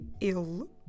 ill